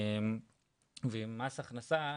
ועם מס הכנסה,